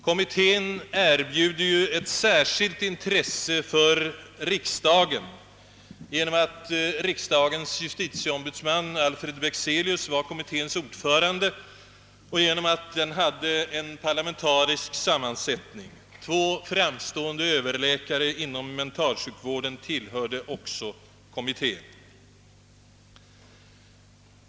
Kommittén erbjuder ju ett särskilt intresse för riksdagen därför att riksdagens justitieombudsman Alfred Bexelius var kommitténs ordförande och därför att den hade parlamentarisk sammansättning. Två framstående överläkare inom mentalsjukvården tillhörde också kommittén.